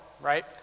right